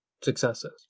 successes